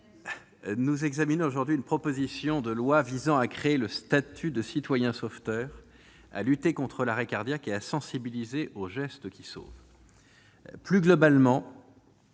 nous examinons aujourd'hui une proposition de loi visant à créer le statut de citoyen sauveteur, à lutter contre l'arrêt cardiaque et à sensibiliser aux gestes qui sauvent. Cette